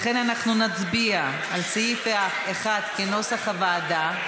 לכן אנחנו נצביע על סעיף 1 כנוסח הוועדה.